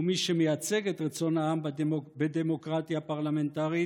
ומי שמייצג את רצון העם בדמוקרטיה פרלמנטרית